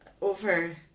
over